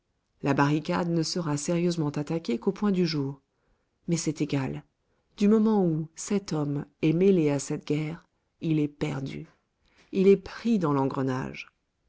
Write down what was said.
la barricade ne sera sérieusement attaquée qu'au point du jour mais c'est égal du moment où cet homme est mêlé à cette guerre il est perdu il est pris dans l'engrenage